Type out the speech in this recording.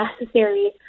necessary